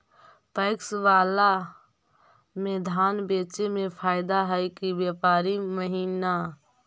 PACS बाला में धान बेचे मे फायदा है कि व्यापारी महिना?